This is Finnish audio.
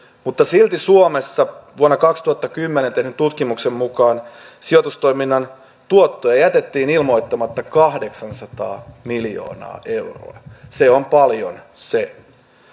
mutta silti suomessa vuonna kaksituhattakymmenen tehdyn tutkimuksen mukaan sijoitustoiminnan tuottoja jätettiin ilmoittamatta kahdeksansataa miljoonaa euroa se on paljon se